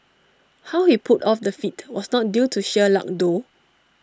how he pulled off the feat was not due to sheer luck though